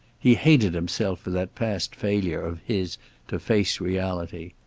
he hated himself for that past failure of his to face reality.